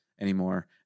anymore